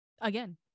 Again